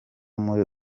muri